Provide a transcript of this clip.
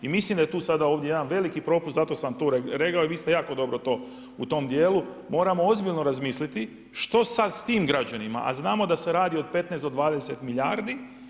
I mislim da je tu sada ovdje jedan veliki propust zato sam to rekao i vi ste jako dobro to u tom dijelu, moramo ozbiljno razmisliti što sa sada s tim građanima, a znamo da se radi od 15 do 20 milijardi.